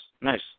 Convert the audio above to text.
nice